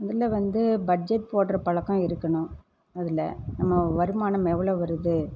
முதலில் வந்து பட்ஜெட் போடுகிற பழக்கம் இருக்கணும் அதில் நம்ம வருமானம் எவ்வளவு வருது